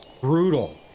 brutal